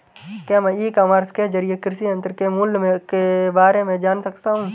क्या मैं ecommerce के ज़रिए कृषि यंत्र के मूल्य में बारे में जान सकता हूँ?